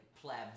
plebs